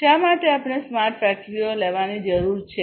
શા માટે આપણે સ્માર્ટ ફેક્ટરીઓ લેવાની જરૂર છે